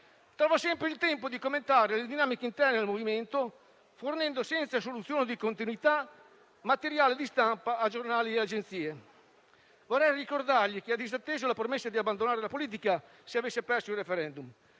trova sempre il tempo di commentare le dinamiche interne al MoVimento, fornendo senza soluzione di continuità materiale di stampa a giornali e agenzie. Vorrei ricordargli che ha disatteso la promessa di abbandonare la politica se avesse perso il *referendum*;